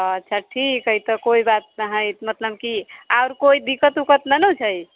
अच्छा ठीक हइ तऽ कोइ बात ना हइ मतलब कि आओर कोइ दिक्कत उक्कत नहि ने छै